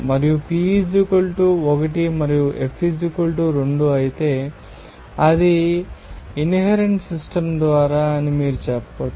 మరియు P 1 మరియు F 2 అయితే అది ఇన్హెరెంట్ సిస్టమ్ ద్వారా అని మీరు చెప్పవచ్చు